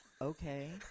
okay